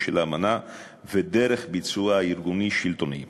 של האמנה ודרך ביצועה הארגוני-שלטוני,